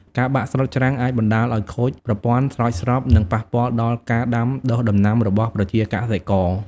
ការបាក់ស្រុតច្រាំងអាចបណ្ដាលឲ្យខូចប្រព័ន្ធស្រោចស្រព និងប៉ះពាល់ដល់ការដាំដុះដំណាំរបស់ប្រជាកសិករ។